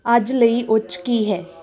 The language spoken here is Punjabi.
ਅੱਜ ਲਈ ਉੱਚ ਕੀ ਹੈ